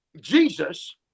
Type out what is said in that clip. jesus